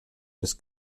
des